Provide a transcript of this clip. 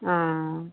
ও